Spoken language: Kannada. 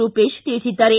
ರೂಪೇಶ್ ತಿಳಿಸಿದ್ದಾರೆ